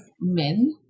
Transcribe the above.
men